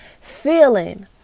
Feeling